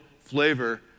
flavor